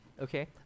okay